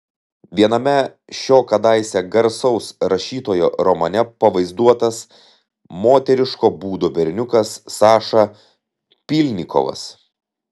viename šio kadaise garsaus rašytojo romane pavaizduotas moteriško būdo berniukas saša pylnikovas